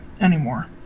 anymore